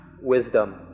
wisdom